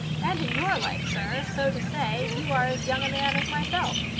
and in your life sir! so to say, you are as young a man as myself.